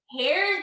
hair